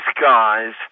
guys